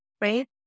right